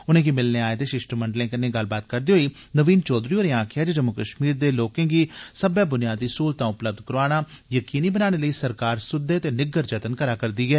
उनेंगी मिलने आए दे शिष्टमंडलें कन्नै गल्लबात करदे होई नवीन चौघरी होरें आक्खेआ जे जम्मू कश्मीर दे लोकें गी सब्बै बुनियादी सहूलता उपलब्य कराना यकीनी बनाने लेई सरकार सुद्दे ते निग्गर जतन करै करदी ऐ